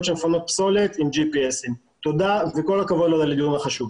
שמפנות פסולת עם GPS. תודה וכל הכבוד על הדיון החשוב.